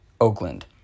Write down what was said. Oakland